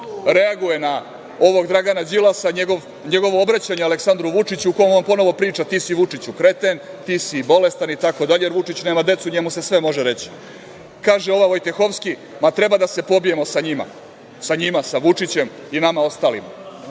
reaguje na ovog Dragana Đilasa njegovo obraćanje Aleksandru Vučiću u kome on ponovo priča ti si Vučiću kreten, ti si bolestan i tako dalje, jer Vučić nema decu i njemu se sve može reći. Kaže ova Vojtehovski – ma, treba da se pobijemo sa njima. Sa njima, sa Vučićem i nama ostalima.